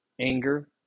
Anger